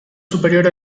superior